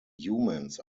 humans